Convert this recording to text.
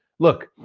look,